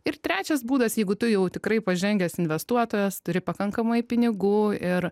ir trečias būdas jeigu tu jau tikrai pažengęs investuotojas turi pakankamai pinigų ir